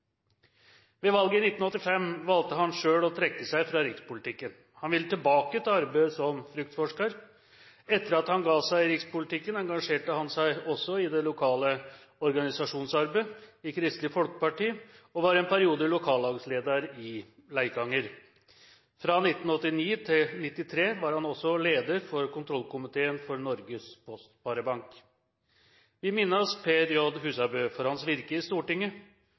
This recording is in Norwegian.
Ved valget i 1985 valgte han selv å trekke seg fra rikspolitikken. Han ville tilbake til arbeidet som fruktforsker. Etter at han ga seg i rikspolitikken, engasjerte han seg også i det lokale organisasjonsarbeidet i Kristelig Folkeparti og var en periode lokallagsleder i Leikanger. Fra 1989 til 1993 var han også leder for kontrollkomiteen for Norges Postsparebank. Vi minnes Per J. Husabø for hans virke i Stortinget